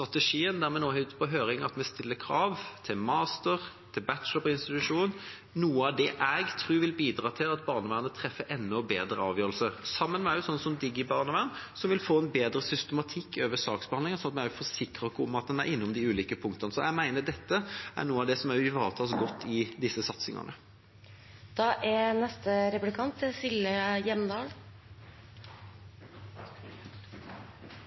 der vi har ute på høring å stille krav til mastergrad eller bachelorgrad på institusjon, noe av det jeg tror vil bidra til at barnevernet treffer enda bedre avgjørelser, sammen med sånt som DigiBarnevern, som gjør at en vil få en bedre systematikk i saksbehandlingen, slik at vi forsikrer oss om at en er innom de ulike punktene. Så jeg mener at dette er noe av det som ivaretas godt i disse